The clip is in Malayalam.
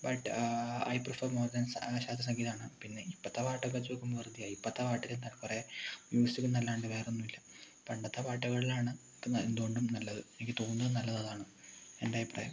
but I prefer more than ശാസ്ത്രീയ സംഗിതാണ് പിന്നെ ഇപ്പോഴത്തെ പാട്ടൊക്കെ വെച്ച് നോക്കുമ്പോൾ വെറുതെ ആയി ഇപ്പോഴത്തെ പാട്ടിൽ എന്താ കുറെ മ്യൂസികെന്നല്ലാണ്ട് വേറെ ഒന്നുമില്ല പണ്ടത്തെ പാട്ടുകളിലാണ് എന്തുകൊണ്ടും നല്ലത് എനിക്ക് തോന്നുന്നത്ത് നല്ലത് അതാണ് എൻ്റെ അഭിപ്രായം